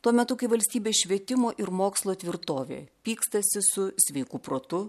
tuo metu kai valstybės švietimo ir mokslo tvirtovė pykstasi su sveiku protu